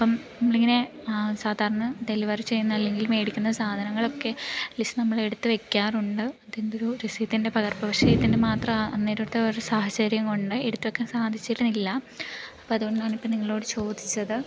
അപ്പം നമ്മളിങ്ങനെ സാധാരണ ഡെലിവറി ചെയ്യുന്ന അല്ലെങ്കിൽ മെടിക്കുന്ന സാധനങ്ങളൊക്കെ ലിസ്റ്റ് നമ്മൾ എടുത്തു വെയ്ക്കാറുണ്ട് ഇതെന്തൊരു റസീതിൻ്റെ പകർപ്പ് പക്ഷേ ഇതിൻ്റെ മാത്രമാ അന്നേരത്തൊരു സാഹചര്യം കൊണ്ട് എടുത്ത് വെയ്ക്കാൻ സാധിച്ചിരുന്നില്ല അപ്പതു കൊണ്ടാണിപ്പോൾ നിങ്ങളോടു ചോദിച്ചത്